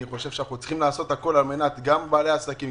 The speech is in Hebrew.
אנחנו צריכים לעשות הכול על מנת לסייע גם לבעלי עסקים,